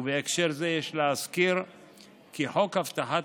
ובהקשר זה יש להזכיר כי חוק הבטחת